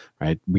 right